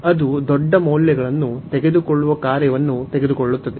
ಅದು ದೊಡ್ಡ ಮೌಲ್ಯಗಳನ್ನು ತೆಗೆದುಕೊಳ್ಳುತ್ತದೆ